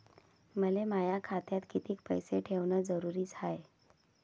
मले माया खात्यात कितीक पैसे ठेवण जरुरीच हाय?